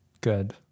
Good